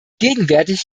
gegenwärtig